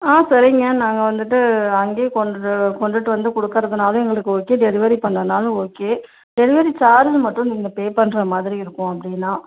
ஆ சரிங்க நாங்கள் வந்துட்டு அங்கே கொண்டுட்டு கொண்டுட்டு வந்து கொடுக்கறதுனாலும் எங்களுக்கு ஓகே டெலிவரி பண்ணினாலும் ஓகே டெலிவரி சார்ஜ் மட்டும் நீங்கள் பே பண்ணுற மாதிரி இருக்கும் அப்படின்னா